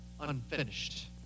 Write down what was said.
unfinished